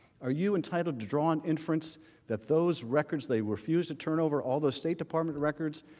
are you entitled to draw an inference that those records they refused to turn over, all the state department records,